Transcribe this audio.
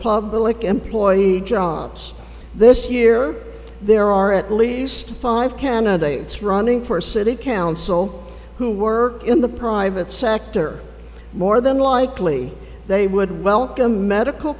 public employee jobs this year there are at least five candidates running for city council who work in the private sector more than likely they would welcome medical